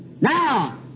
Now